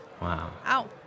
Wow